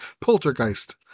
poltergeist